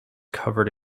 covered